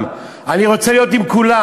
אני רוצה להתפלל עם כולם.